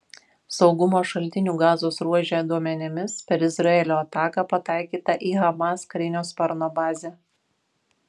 saugumo šaltinių gazos ruože duomenimis per izraelio ataką pataikyta į hamas karinio sparno bazę